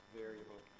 variable